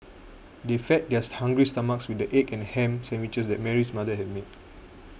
they fed theirs hungry stomachs with the egg and ham sandwiches that Mary's mother had made